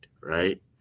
right